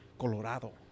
Colorado